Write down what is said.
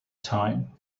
time